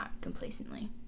complacently